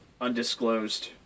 undisclosed